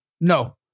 no